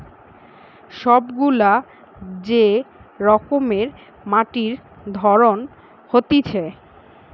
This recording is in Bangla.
সব গুলা যে রকমের মাটির ধরন হতিছে